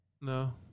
No